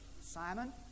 Simon